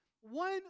one